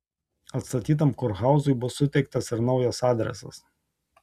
atstatytam kurhauzui bus suteiktas ir naujas adresas